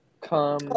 come